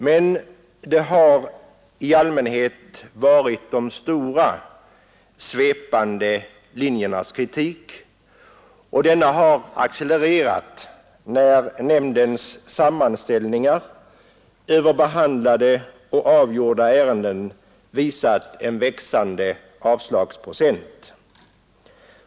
Men det har i allmänhet varit de stora svepande linjernas kritik, och denna har accelererat när nämndens sammanställningar över behandlade och avgjorda ärenden visat en växande avslagsprocent.